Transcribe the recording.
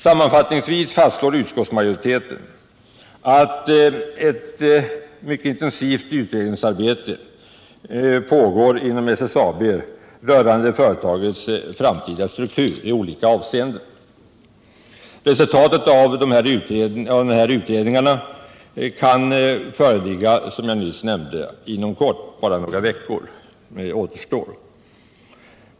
Samtidigt fastslår utskottsmajoriteten att ett mycket intensivt utredningsarbete f. n. pågår inom SSAB rörande företagets framtida struktur i olika avseenden. Resultatet av dessa utredningar inom SSAB beräknas, som jag nyss nämnde, föreligga inom kort. Bara några veckor återstår.